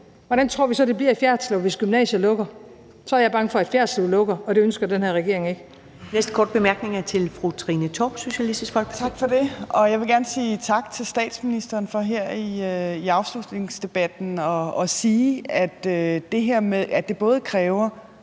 Hvordan tror vi så det bliver i Fjerritslev, hvis gymnasiet lukker? Så er jeg bange for, at Fjerritslev lukker, og det ønsker den her regering ikke. Kl. 22:45 Første næstformand (Karen Ellemann) : Den næste korte bemærkning er til fru Trine Torp, Socialistisk Folkeparti. Kl. 22:45 Trine Torp (SF) : Tak for det, og jeg vil gerne sige tak til statsministeren for her i afslutningsdebatten at sige det her med, at det både kræver